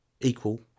equal